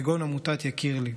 כגון עמותת "יקיר לי",